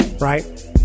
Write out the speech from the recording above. right